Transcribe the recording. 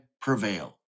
prevail